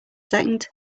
second